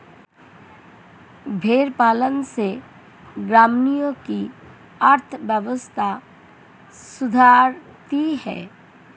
भेंड़ पालन से ग्रामीणों की अर्थव्यवस्था सुधरती है